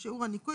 שיעור הניכוי,